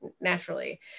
naturally